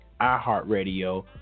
iHeartRadio